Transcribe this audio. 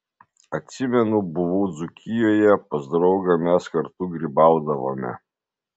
atsimenu buvau dzūkijoje pas draugą mes kartu grybaudavome